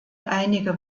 einige